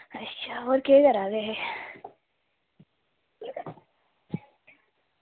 अच्छा होर केह् करा दे हे